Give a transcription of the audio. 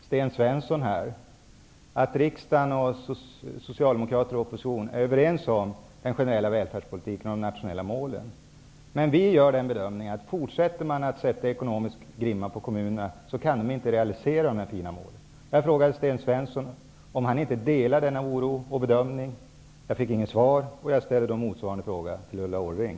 Regering och opposition är överens om den generella välfärdspolitiken och de nationella målen, men vi anser att fortsätter man att sätta ekonomisk grimma på kommunerna så kan de inte realisera de fina målen. Jag frågade förut Sten Svensson om han delar den bedömningen och den oro som vi känner. Jag fick inget svar, och jag ställer då samma fråga till Ulla Orring.